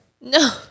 No